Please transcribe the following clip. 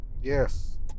yes